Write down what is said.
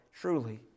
truly